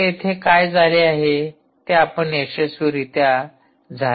तर येथे काय झाले आहे ते आपण यशस्वीरित्या झालेले पाहू शकता